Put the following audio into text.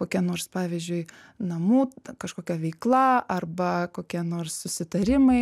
kokia nors pavyzdžiui namų kažkokia veikla arba kokie nors susitarimai